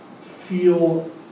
feel